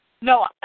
No